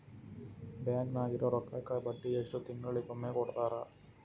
Bank ನಾಗಿರೋ ರೊಕ್ಕಕ್ಕ ಬಡ್ಡಿ ಎಷ್ಟು ತಿಂಗಳಿಗೊಮ್ಮೆ ಕೊಡ್ತಾರ?